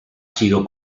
sido